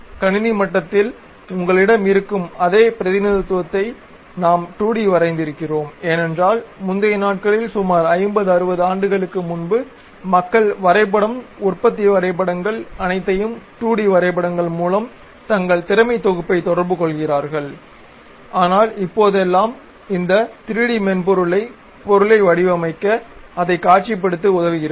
கணினி மட்டத்தில் உங்களிடம் இருக்கும் அதே பிரதிநிதித்துவத்தை நாம் 2 டி வரைந்திருக்கிறோம் ஏனென்றால் முந்தைய நாட்களில் சுமார் 50 60 ஆண்டுகளுக்கு முன்பு மக்கள் வரைபடம் உற்பத்தி வரைபடங்கள் அனைத்தையும் 2 டி வரைபடங்கள் மூலம் தங்கள் திறமைத் தொகுப்பைத் தொடர்புகொள்கிறார்கள் ஆனால் இப்போதெல்லாம் இந்த 3 டி மென்பொருள் பொருளை வடிவமைக்க அதைக் காட்சிப்படுத்தி உதவுகிறது